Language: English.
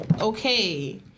Okay